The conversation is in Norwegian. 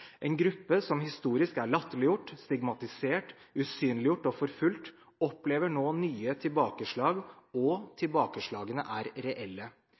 En gruppe som historisk er latterliggjort, stigmatisert, usynliggjort og forfulgt, opplever nå nye tilbakeslag, og tilbakeslagene er reelle.